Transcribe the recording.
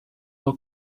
tant